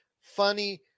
funny